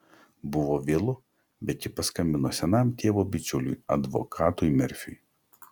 buvo vėlu bet ji paskambino senam tėvo bičiuliui advokatui merfiui